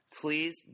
please